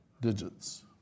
digits